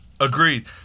agreed